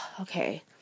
okay